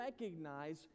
recognize